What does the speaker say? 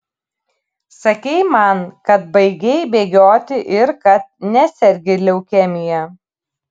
sakei man kad baigei bėgioti ir kad nesergi leukemija